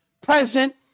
present